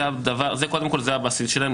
זה, קודם כול, הבסיס שלהן.